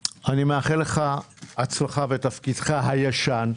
גפני, אני מאחל לך הצלחה בתפקידך הישן.